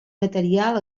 material